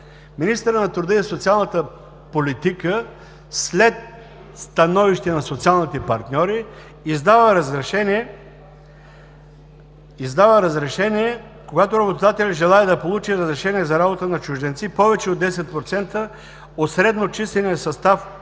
министърът на труда и социалната политика, след становище на социалните партньори, издава разрешение: когато работодателят желае да получи разрешение за работа на чужденци повече от 10% от средносписъчната численост